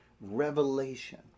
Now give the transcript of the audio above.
revelation